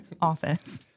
office